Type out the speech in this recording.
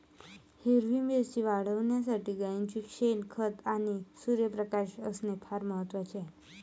हिरवी मिरची वाढविण्यासाठी गाईचे शेण, खत आणि सूर्यप्रकाश असणे फार महत्वाचे आहे